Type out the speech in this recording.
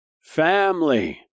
family